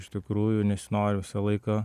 iš tikrųjų nesinori visą laiką